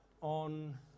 on